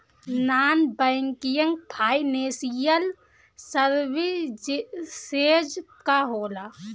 Non banking financial services का होला?